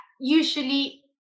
usually